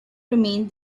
remained